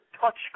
touch